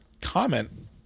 comment